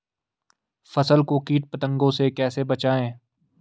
फसल को कीट पतंगों से कैसे बचाएं?